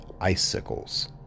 icicles